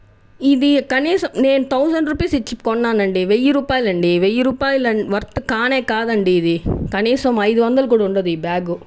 ఇది కనీసం నేను థౌజండ్ రూపీస్ ఇచ్చి కొన్నాను అండీ వెయ్యి రూపాయలు వెయ్యి రూపాయలు వర్త్ కానే కాదండీ ఇది కనీసం అయిదు వందలు కూడా ఉండదు ఈ బ్యాగ్